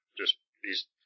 just—he's